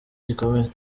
gikomeye